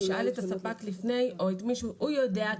ישאל את הספק לפני או את מישהו הוא יודע,